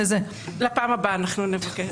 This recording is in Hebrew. בפעם הבאה נבקש.